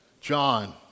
John